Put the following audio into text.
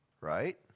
right